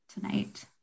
tonight